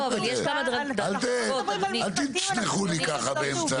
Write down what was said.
אל תצנחו לי ככה באמצע.